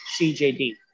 CJD